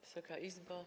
Wysoka Izbo!